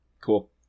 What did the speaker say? Cool